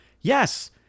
Yes